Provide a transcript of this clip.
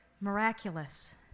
miraculous